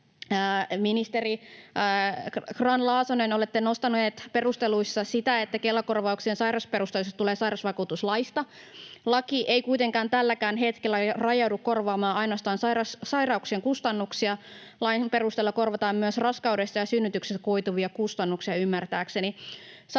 Ministeri Grahn-Laasonen, olette nostanut perusteluissa sitä, että Kela-korvauksien sairausperusteisuus tulee sairausvakuutuslaista. Laki ei kuitenkaan tälläkään hetkellä rajaudu korvaamaan ainoastaan sairauksien kustannuksia, vaan ymmärtääkseni lain perusteella korvataan myös raskaudesta ja synnytyksestä koituvia kustannuksia.